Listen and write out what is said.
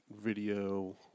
Video